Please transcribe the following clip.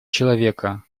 человека